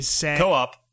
Co-op